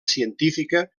científica